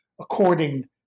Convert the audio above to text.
According